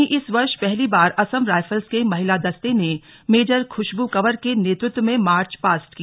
वहीं इस वर्ष पहली बार असम रायफल्स के महिला दस्ते ने मेजर खुशबू कंवर के नेतृत्व में मार्च पास्ट किया